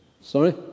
Sorry